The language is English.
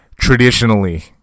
Traditionally